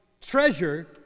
treasure